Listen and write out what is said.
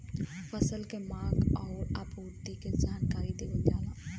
फसल के मांग आउर आपूर्ति के जानकारी देवल जाला